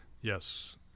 Yes